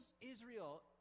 Israel